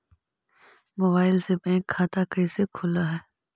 Mobile से bank खाता कैसे खुल है?